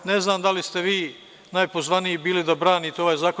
Ne znam da li ste vi najpozvaniji bili da branite ovaj zakon.